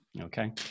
Okay